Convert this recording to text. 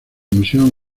misión